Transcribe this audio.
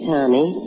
Tommy